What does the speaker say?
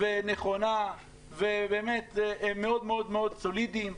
ונכונה ומאוד מאוד סולידיים,